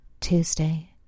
Tuesday